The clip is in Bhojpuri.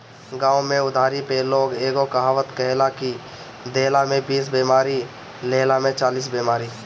गांव में उधारी पे लोग एगो कहावत कहेला कि देहला में बीस बेमारी, लेहला में चालीस बेमारी